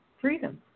Freedom